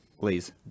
Please